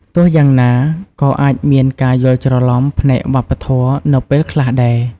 ទោះយ៉ាងណា ក៏អាចមានការយល់ច្រឡំផ្នែកវប្បធម៌នៅពេលខ្លះដែរ។